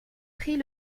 prit